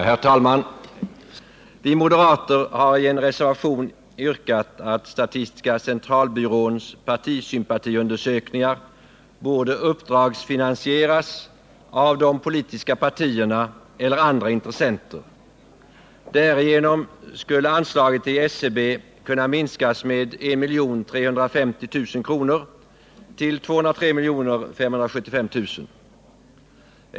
Herr talman! Vi moderater har i en reservation yrkat att statistiska centralbyråns partisympatiundersökningar borde uppdragsfinansieras av de politiska partierna eller av andra intressenter. Därigenom skulle anslaget till SCB kunna minskas med 1 350 000 kr. till 203 575 000 kr.